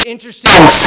Interesting